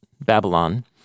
Babylon